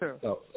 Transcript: sure